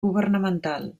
governamental